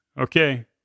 Okay